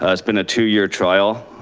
ah it's been a two year trial,